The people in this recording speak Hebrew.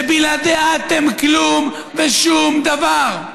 שבלעדיה אתם כלום ושום דבר?